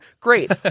Great